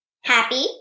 happy